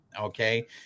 Okay